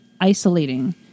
isolating